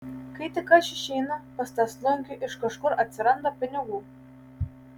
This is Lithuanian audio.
kai tik aš išeinu pas tą slunkių iš kažkur atsiranda pinigų